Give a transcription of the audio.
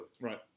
Right